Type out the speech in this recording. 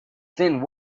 thin